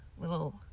little